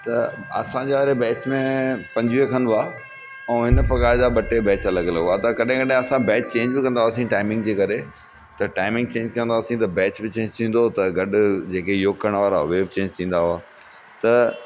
त असांजे वारे बैच में पंजुवीह खनि हुआ ऐं हिन पघार जा ॿ टे बैच अलॻि अलॻि हुआ त कॾहिं कॾहिं असां बैच चेंज बि कंदा हुआसीं टाइमिंग जे करे त टाइमिंग चेंज कंदा हुआसीं त बैच बि चेंज थींदो हुओ त गॾु जेके योगु करणु वारा हुआ उहे बि चेंज थींदा हुआ त